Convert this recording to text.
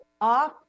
off